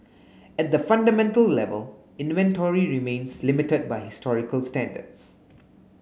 at the fundamental level inventory remains limited by historical standards